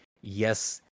yes